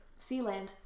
Sealand